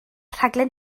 rhaglen